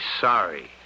sorry